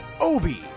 Obi